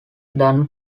don